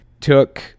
took